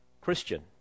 Christian